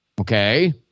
Okay